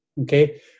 Okay